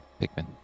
Pikmin